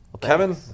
Kevin